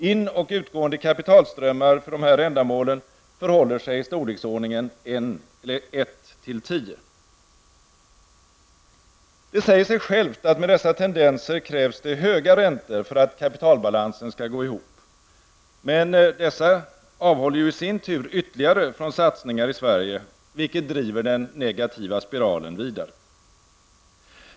In och utgående kapitalströmmar för dessa ändamål förhåller sig i storleksordningen 1 till 10. Det säger sig självt att med dessa tendenser krävs det höga räntor för att kapitalbalansen skall gå ihop. Men dessa avhåller ju i sin tur ytterligare från satsningar i Sverige, vilket driver den negativa spiralen vidare.